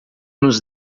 nos